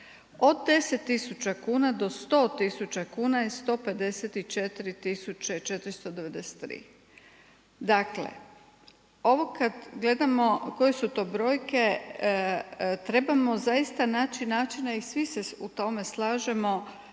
od 10 tisuća kuna do 100 tisuća kuna je 154 tisuće 493. Dakle, ovo kad gledamo koje su to brojke trebamo zaista naći način i svi se u tome slažemo